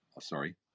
sorry